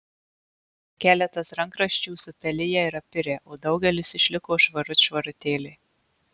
keletas rankraščių supeliję ir apirę o daugelis išliko švarut švarutėliai